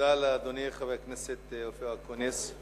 תודה לאדוני חבר הכנסת אופיר אקוניס.